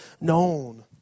known